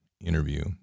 interview